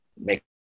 make